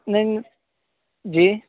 نہیں جی